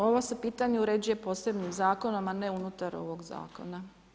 Ovo se pitanje uređuje posebnim zakonom a ne unutar ovog zakona.